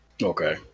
okay